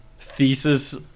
thesis